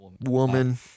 woman